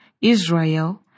Israel